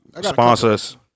sponsors